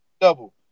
double